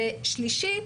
שלישית,